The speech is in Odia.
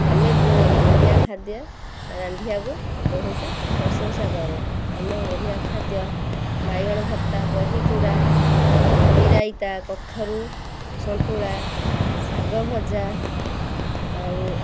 ଆମେ ଗୃହିଣୀ ଓଡ଼ିଆ ଖାଦ୍ୟ ରାନ୍ଧିବାକୁ ବହୁତ ପ୍ରଶଂସା କରୁ ଆମେ ଓଡ଼ିଆ ଖାଦ୍ୟ ବାଇଗଣ ଭର୍ତ୍ତା ବଢ଼ି ଚୁରା ପୋଇରାଇତା କଖାରୁ ସନ୍ତୁଳା ଶାଗ ଭଜା ଆଉ